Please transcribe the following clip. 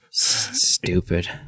stupid